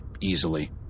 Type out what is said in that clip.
easily